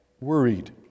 worried